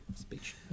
speech